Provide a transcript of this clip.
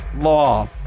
law